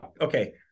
Okay